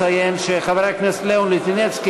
מציין שחבר הכנסת לאון ליטינצקי,